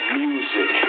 music